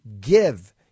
give